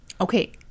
Okay